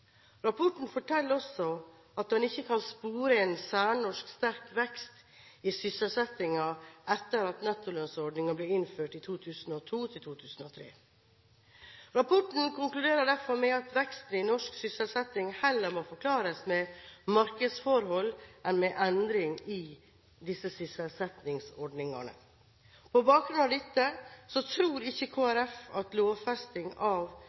Rapporten forteller også at en ikke kan spore en særnorsk sterk vekst i sysselsettingen etter at nettolønnsordningen ble innført i 2002–2003. Rapporten konkluderer derfor med at veksten i norsk sysselsetting heller må forklares med markedsforhold enn med endring i sysselsettingsordningene. På bakgrunn av dette tror ikke Kristelig Folkeparti at lovfesting av